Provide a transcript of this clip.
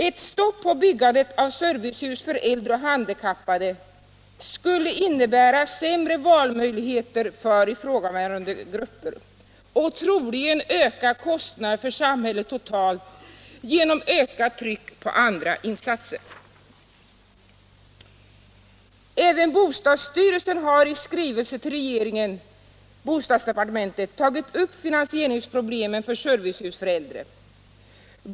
Ett stopp på byggandet av servicehus för äldre och handikappade skulle innebära sämre valmöjligheter för ifrågavarande grupper och troligen ökade kostnader för samhället totalt genom ökat tryck på andra insatser. Även bostadsstyrelsen har i skrivelse till regeringens bostadsdepartement tagit upp finansieringsproblemen för servicehus för äldre.